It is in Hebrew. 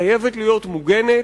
חייבת להיות מוגנת,